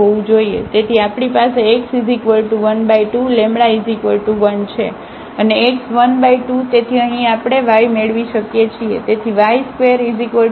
તેથી આપણી પાસે x12 λ1 છે અને x 12તેથી અહીંથી આપણે y મેળવી શકીએ છીએ